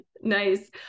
Nice